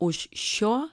už šio